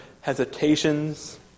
hesitations